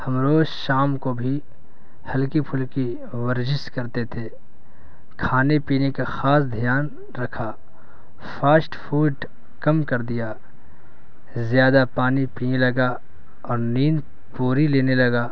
ہم روز شام کو بھی ہلکی پھلکی ورزش کرتے تھے کھانے پینے کا خاص دھیان رکھا فاسٹ فوڈ کم کر دیا زیادہ پانی پینے لگا اور نیند پوری لینے لگا